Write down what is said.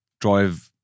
drive